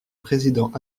présidents